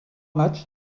matchs